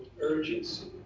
urgency